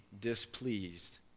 displeased